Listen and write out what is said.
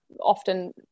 often